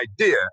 idea